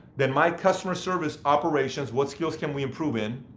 then my customer service operations, what skills can we improve in?